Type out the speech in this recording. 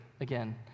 again